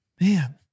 man